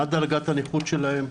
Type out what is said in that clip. מה דרגת הנכות שלהם,